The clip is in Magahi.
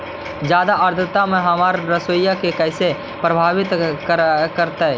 जादा आद्रता में हमर सरसोईय के कैसे प्रभावित करतई?